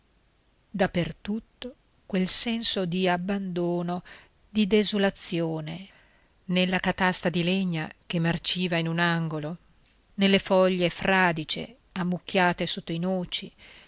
tutto quel senso di abbandono di desolazione nella catasta di legna che marciva in un angolo nelle foglie fradicie ammucchiate sotto i noci